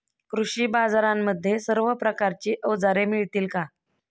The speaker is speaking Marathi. कृषी बाजारांमध्ये सर्व प्रकारची अवजारे मिळतील का?